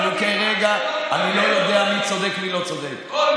כרגע אני לא יודע מי צודק ומי לא צודק,